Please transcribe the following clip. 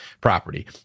property